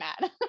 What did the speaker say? mad